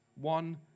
one